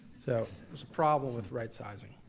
so, there's a problem with right sizing.